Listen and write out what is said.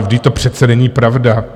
Vždyť to přece není pravda.